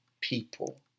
people